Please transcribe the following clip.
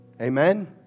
Amen